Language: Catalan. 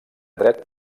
dret